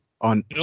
on